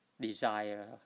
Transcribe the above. desire